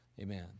Amen